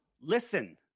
Listen